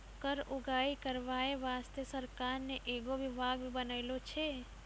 कर उगाही करबाय बासतें सरकार ने एगो बिभाग भी बनालो छै